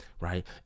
right